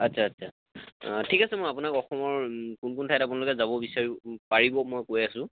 আচ্ছা আচ্ছা ঠিক আছে মই আপোনাক অসমৰ কোন কোন ঠাইত আপোনালোকে যাব বিচাৰিব পাৰিব মই কৈ আছোঁ